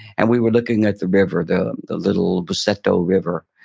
and we were looking at the river, the the little busento river,